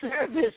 service